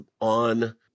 on